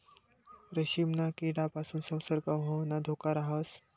रेशीमना किडापासीन संसर्ग होवाना धोका राहस